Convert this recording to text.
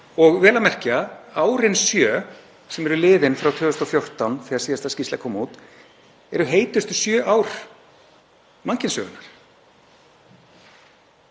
og vel að merkja eru árin sjö sem eru liðin frá 2014 þegar síðasta skýrsla kom út heitustu sjö ár mannkynssögunnar.